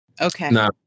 Okay